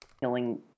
killing